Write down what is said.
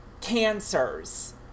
cancers